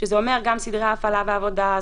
שזה אומר גם סדרי הפעלה ועבודה,